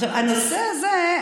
הנושא הזה,